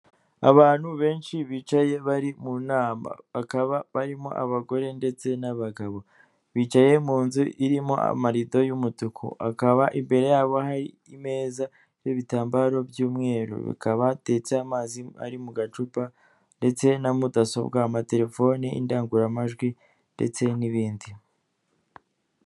Abantu benshi bicaye bari mu nama bakaba barimo abagore ndetse n'abagabo bicaye mu nzu irimo amarido y'umutuku akaba imbere yabo hari imeza n'ibitambaro by'umweru hakaba hatetse amazi ari mu gacupa ndetse na mudasobwa, amatelefone indangururamajwi ndetse n'ibindi.